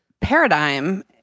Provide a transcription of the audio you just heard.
paradigm